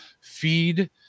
feed